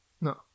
no